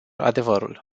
adevărul